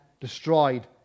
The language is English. destroyed